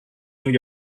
new